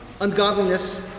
Ungodliness